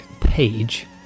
page